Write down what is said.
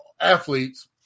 athletes